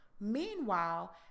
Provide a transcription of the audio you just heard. meanwhile